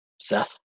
seth